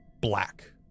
black